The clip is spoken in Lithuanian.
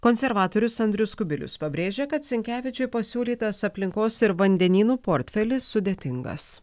konservatorius andrius kubilius pabrėžė kad sinkevičiui pasiūlytas aplinkos ir vandenynų portfelis sudėtingas